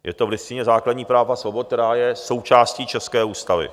Je to v Listině základních práv a svobod, která je součástí české ústavy.